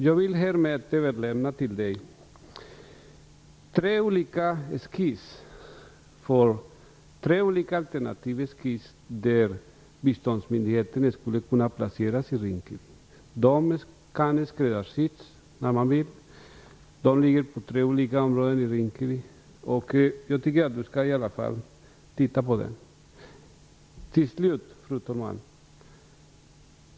Jag vill härmed överlämna till Pierre Schori tre skisser där tre olika alternativ beskrivs för placering av biståndsmyndigheten i Rinkeby. De kan skräddarsys, om man så vill. Det är tre olika områden i Rinkeby. Jag tycker att Pierre Schori i alla fall skall titta på dem. Fru talman!